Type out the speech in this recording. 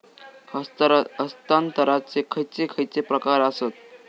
हस्तांतराचे खयचे खयचे प्रकार आसत?